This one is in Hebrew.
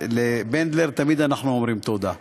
ולבנדלר תמיד אנחנו אומרים תודה,